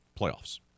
playoffs